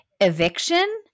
Eviction